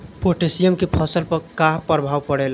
Potassium के फसल पर का प्रभाव पड़ेला?